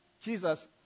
Jesus